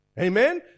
Amen